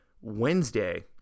Wednesday